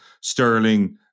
sterling